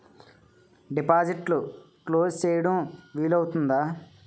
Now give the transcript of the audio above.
డిపాజిట్లు క్లోజ్ చేయడం వీలు అవుతుందా?